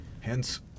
Hence